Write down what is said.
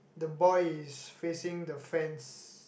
the boy is facing the fence